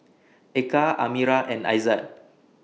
Eka Amirah and Aizat